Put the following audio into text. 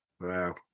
Wow